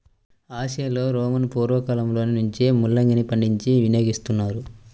ఆసియాలో రోమను పూర్వ కాలంలో నుంచే ముల్లంగిని పండించి వినియోగిస్తున్నారు